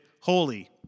holy